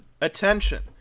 Attention